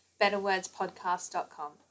betterwordspodcast.com